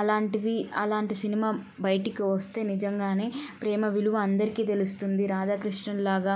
అలాంటివి అలాంటి సినిమా బయటికి వస్తే నిజంగానే ప్రేమ విలువ అందరికీ తెలుస్తుంది రాధాకృష్ణుల్లాగా